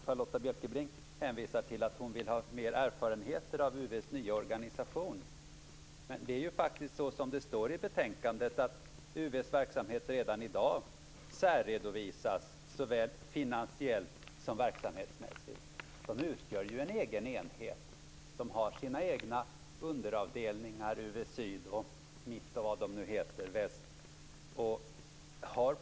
Charlotta Bjälkebring hänvisar till att hon vill ha mer erfarenheter av UV:s nya organisation. Men det är ju faktiskt så som det står i betänkandet att UV:s verksamhet redan i dag särredovisas såväl finansiellt som verksamhetsmässigt. De utgör ju en egen enhet. De har sina egna underavdelningar UV-syd, UV-mitt och vad de nu heter.